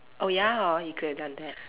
oh ya hor you could have done that